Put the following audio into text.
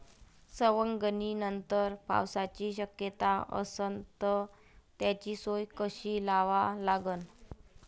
सवंगनीनंतर पावसाची शक्यता असन त त्याची सोय कशी लावा लागन?